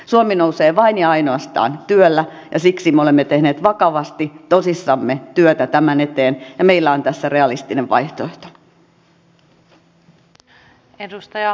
suomi nousee vain ja ainoastaan työllä ja siksi me olemme tehneet vakavasti tosissamme työtä tämän eteen ja meillä on tässä realistinen vaihtoehto